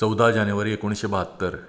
चवदा जानेवारी एकुणशें ब्यात्तर